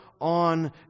on